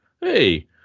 hey